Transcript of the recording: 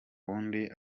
wundi